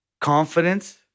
Confidence